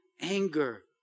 anger